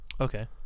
Okay